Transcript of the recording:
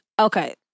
Okay